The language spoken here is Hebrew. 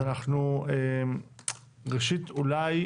ראשית, אולי